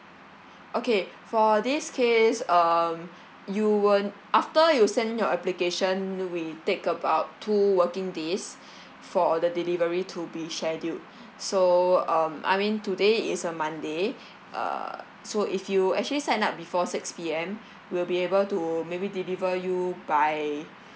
okay for this case um you will after you send your application we take about two working days for the delivery to be scheduled so um I mean today is a monday uh so if you actually sign up before six P_M we'll be able to maybe deliver you by